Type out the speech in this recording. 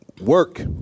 work